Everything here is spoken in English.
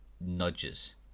nudges